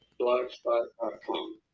Blogspot.com